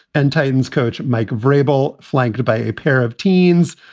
and titans coach mike vrabel, flanked by a pair of teens,